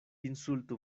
insultu